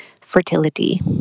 fertility